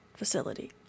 Facility